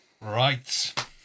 Right